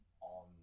on